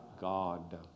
God